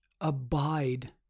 abide